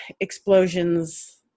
explosions